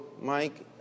Mike